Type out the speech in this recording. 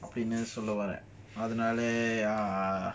அப்டினேசொல்லவரேன்அதனால:apdine solla varen adhanala